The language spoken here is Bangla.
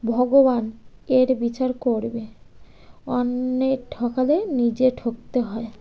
ভগবান এর বিচার করবে অন্যকে ঠকালে নিজে ঠকতে হয়